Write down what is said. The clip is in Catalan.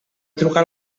trucar